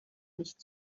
nicht